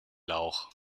lauch